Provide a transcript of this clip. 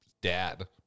dad